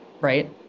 right